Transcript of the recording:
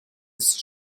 ist